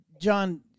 John